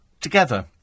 together